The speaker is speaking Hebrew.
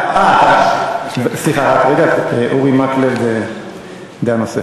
סליחה, אורי מקלב, עמדה נוספת.